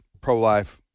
pro-life